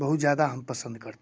बहुत ज़्यादा हम पसंद करते हैं